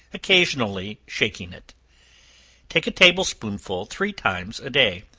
occasionally shaking it take a table spoonful three times a day,